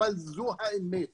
מוועד ראשי הרשויות,